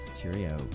Cheerio